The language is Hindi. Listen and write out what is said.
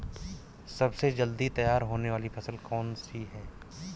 सबसे जल्दी तैयार होने वाली फसल कौन सी है?